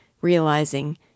realizing